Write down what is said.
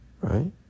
Right